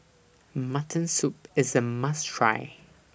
Mutton Soup IS A must Try